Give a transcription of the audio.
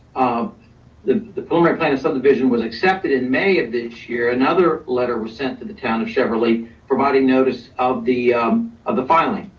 the the preliminary plan of subdivision was accepted in may of this year, another letter was sent to the town of cheverly providing notice of the of the finalling.